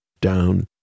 down